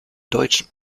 deutschen